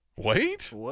Wait